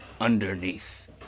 Underneath